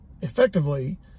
effectively